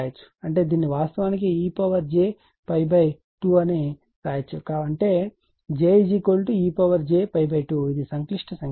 అంటే దీన్ని వాస్తవానికి ej2 అని వ్రాయవచ్చు అంటే j ej2 ఇది సంక్లిష్ట సంఖ్య